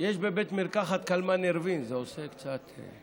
יש בבית מרקחת קלמנרבין, זה עושה קצת,